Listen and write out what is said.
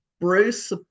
Bruce